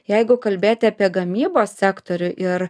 jeigu kalbėti apie gamybos sektorių ir